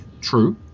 True